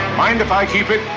mind if i keep it?